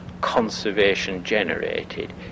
conservation-generated